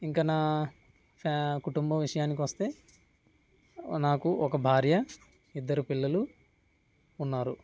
ఇంక నా ఫ్యా కుటుంబ విషయానికి వస్తే నాకు ఒక భార్య ఇద్దరు పిల్లలు ఉన్నారు